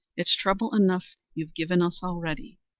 it's trouble enough you've given us already.